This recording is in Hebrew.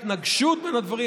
התנגשות בין הדברים,